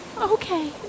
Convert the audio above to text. Okay